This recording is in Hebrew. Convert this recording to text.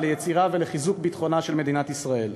ליצירה ולחיזוק ביטחונה של מדינת ישראל.